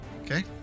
Okay